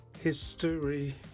history